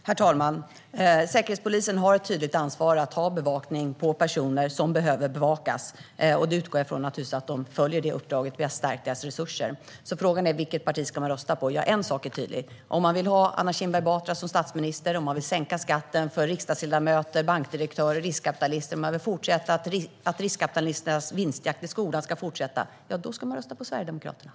Herr talman! Säkerhetspolisen har ett tydligt ansvar att ha bevakning av personer som behöver bevakas, och jag utgår naturligtvis från att de följer detta uppdrag. Vi har stärkt deras resurser. Frågan är vilket parti man ska rösta på. Ja, en sak är tydlig: Om man vill ha Anna Kinberg Batra som statsminister, om man vill sänka skatten för riksdagsledamöter, bankdirektörer och riskkapitalister och om man vill att riskkapitalisternas vinstjakt i skolan ska fortsätta, då ska man rösta på Sverigedemokraterna.